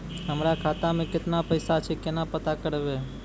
हमरा खाता मे केतना पैसा छै, केना पता करबै?